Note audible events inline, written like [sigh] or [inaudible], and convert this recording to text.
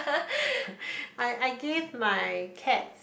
[breath] I I gave my Keds